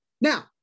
Now